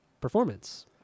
performance